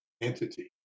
entity